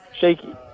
Shaky